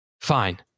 fine